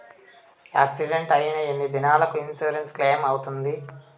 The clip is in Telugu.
యాక్సిడెంట్ అయిన ఎన్ని దినాలకు ఇన్సూరెన్సు క్లెయిమ్ అవుతుంది?